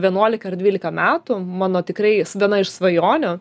vienuolika ar dvylika metų mano tikrai viena iš svajonių